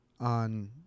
on